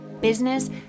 business